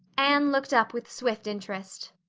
anne looked up with swift interest.